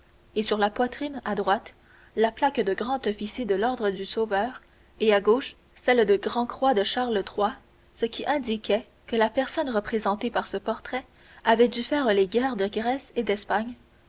et sur la poitrine à droite la plaque de grand officier de l'ordre du sauveur et à gauche celle de grand-croix de charles iii ce qui indiquait que la personne représentée par ce portrait avait dû faire les guerres de grèce et d'espagne